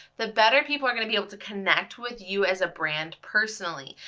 the better people are gonna be able to connect with you as a brand personally.